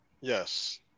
Yes